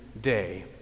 day